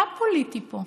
מה פוליטי פה?